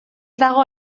dago